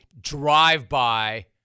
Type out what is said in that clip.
drive-by